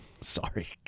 Sorry